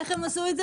איך הם עשו את זה?